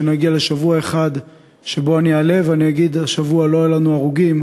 שנגיע לשבוע אחד שבו אני אעלה ואגיד: השבוע לא היו לנו הרוגים,